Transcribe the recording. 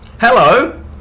Hello